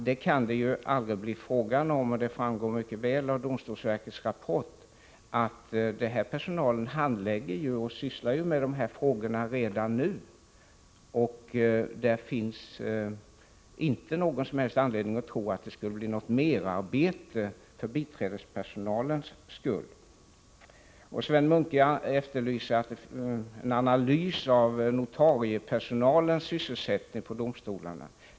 Det kan det aldrig bli fråga om, vilket mycket väl framgår av domstolsverkets rapport. Ifrågavarande personal handlägger redan frågor som det är tänkt att de skall få fatta beslut i. Det finns alltså ingen som helst anledning att tro att det kommer att bli något merarbete för biträdespersonalen. Sven Munke efterlyste en analys av notariepersonalens sysselsättning på domstolarna.